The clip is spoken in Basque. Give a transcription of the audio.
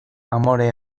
amore